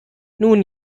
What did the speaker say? nun